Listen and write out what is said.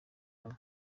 hamwe